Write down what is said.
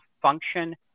function